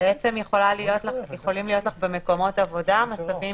בעצם יכולים להיות לך במקומות עבודה מצבים